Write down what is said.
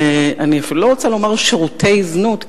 אני אפילו לא רוצה להגיד שירותי זנות,